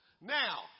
Now